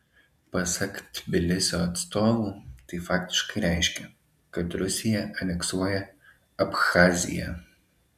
pasak tbilisio atstovų tai faktiškai reiškia kad rusija aneksuoja abchaziją